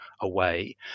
away